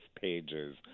pages